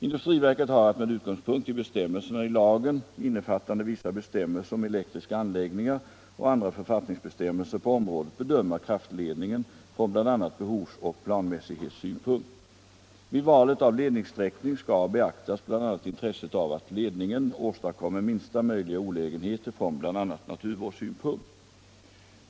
Industriverket har att med utgångspunkt i bestämmelserna i lagen , innefattande vissa bestämmelser om elektriska anläggningar och andra författningsbestämmelser på området, bedöma kraftledningen från bl.a. behovsoch planmässighetssynpunkt. Vid valet av ledningssträckning skall beaktas bl.a. intresset av att ledningen åstadkommer minsta möjliga olägenheter från naturvårdssynpunkt.